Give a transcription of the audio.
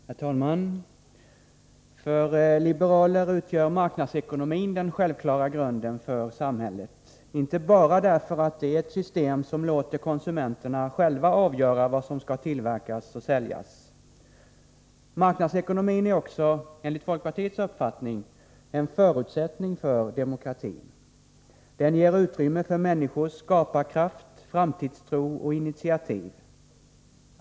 Herr tälman! För liberaler utgör marknadsekonomin den självklara grunden för samhället, inte bara därför att det är ett system som låter konsumenterna själva avgöra vad som skall tillverkas och säljas. Marknadsekonomin är också, enligt folkpartiets uppfattning, en förutsättning för demokratin. Den ger utrymme för människors skaparkraft, framtidstro och initiativ.